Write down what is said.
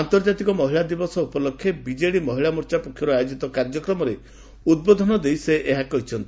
ଆନ୍ତର୍ଜାତିକ ମହିଳା ଦିବସ ଉପଲକ୍ଷେ ବିଜେଡି ମହିଳାମୋର୍ଚ୍ଚା ପକ୍ଷର୍ ଆୟୋକିତ କାର୍ଯ୍ୟକ୍ରମରେ ଉଦବୋଧନ ଦେଇ ସେ ଏହା କହିଛନ୍ତି